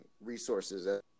resources